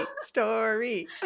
story